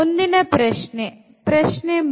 ಮುಂದಿನ ಪ್ರಶ್ನೆ ಪ್ರಶ್ನೆ 3